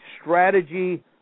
strategy